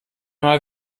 mal